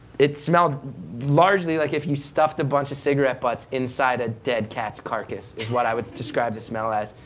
it smelled largely as like if you stuffed a bunch of cigarette butts inside a dead cat's carcass, is what i would describe the smell as.